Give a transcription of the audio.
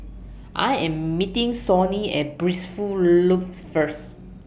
I Am meeting Sonny At Blissful Lofts First